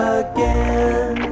again